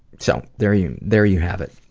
so, there you there you have it.